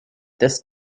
this